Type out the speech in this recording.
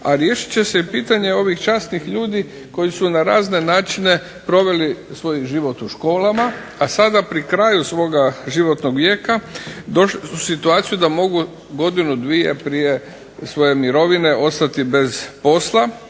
a riješit će se i pitanje ovih časnih ljudi koji su na razne načine proveli svoj život u školama, a sada pri kraju svoga životnog vijeka došli su u situaciju da mogu godinu, dvije prije svoje mirovine ostati bez posla,